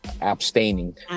abstaining